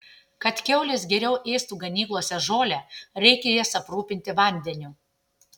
kad kiaulės geriau ėstų ganyklose žolę reikia jas aprūpinti vandeniu